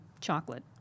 chocolate